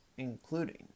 Including